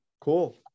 Cool